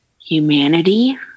humanity